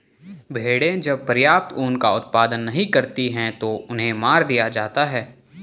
भेड़ें जब पर्याप्त ऊन का उत्पादन नहीं करती हैं तो उन्हें मार दिया जाता है